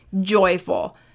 joyful